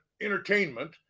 entertainment